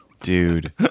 Dude